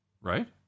Right